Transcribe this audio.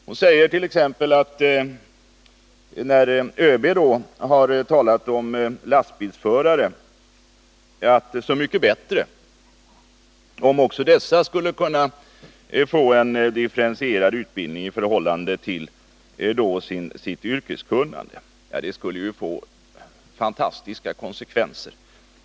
Hon säger t.ex., när ÖB har talat om lastbilsförare, att det vore så mycket bättre om också dessa skulle kunna få en differentierad utbildning i förhållande till sitt yrkeskunnande. Det skulle ju få fantastiska konsekvenser.